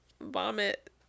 vomit